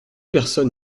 personne